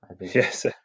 Yes